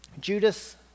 judas